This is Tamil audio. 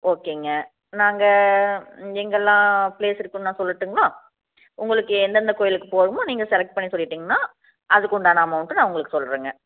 ஓகேங்க நாங்கள் எங்கெல்லாம் ப்ளேஸ் இருக்குன்னு நான் சொல்லட்டுங்களா உங்களுக்கு எந்தெந்த கோயிலுக்கு போகணுமோ நீங்கள் செலெக்ட் பண்ணி சொல்லிடிங்கனால் அதுக்குண்டான அமெளண்ட்டு நான் உங்களுக்கு சொல்கிறேங்க